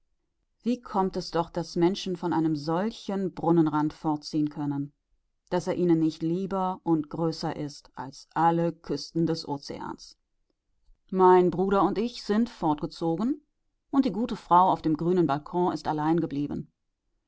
wie kommt es doch daß menschen von einem solchen brunnenrand fortziehen können daß er ihnen nicht lieber und größer ist als alle küsten des ozeans mein bruder und ich sind fortgezogen und die gute frau auf dem grünen balkon ist allein geblieben